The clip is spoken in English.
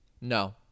no